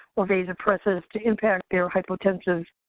or vasopressors to impact their hypotensive